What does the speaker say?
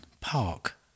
park